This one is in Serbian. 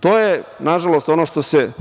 To je, nažalost, ono što se